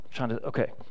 Okay